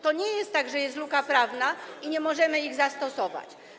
To nie jest tak, że jest luka prawna i nie możemy ich zastosować.